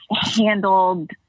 handled